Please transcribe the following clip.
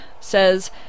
says